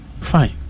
Fine